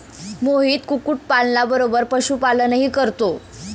मोहित कुक्कुटपालना बरोबर पशुपालनही करतो